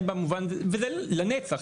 וזה לנצח.